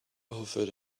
offered